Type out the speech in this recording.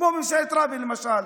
כמו בממשלת רבין למשל.